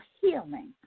healing